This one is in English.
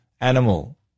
animal